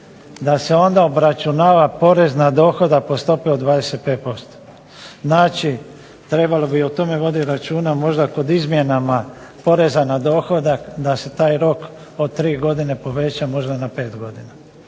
da se onda obračunava porez na dohodak po stopi od 25%. Znači trebalo bi o tome vodit računa možda kod izmjena poreza na dohodak, da se taj rok od tri godine poveća možda na pet godina.